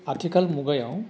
आथिखाल मुगायाव